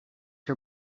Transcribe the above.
her